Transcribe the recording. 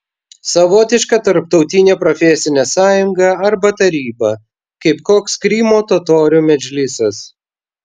savotiška tarptautinė profesinė sąjunga arba taryba kaip koks krymo totorių medžlisas